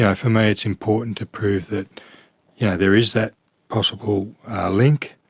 yeah for me it's important to prove that yeah there is that possible link,